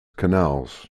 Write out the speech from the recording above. canals